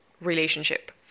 relationship